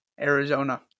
arizona